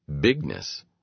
bigness